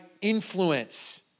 influence